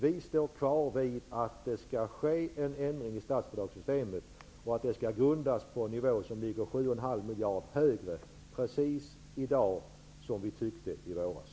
Vi står kvar vid att det skall ske en ändring i statsbidragssystemet och att det skall grundas på en nivå som ligger 7,5 miljarder högre. Vi tycker i dag precis samma sak som vi tyckte i våras.